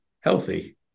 healthy